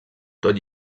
tot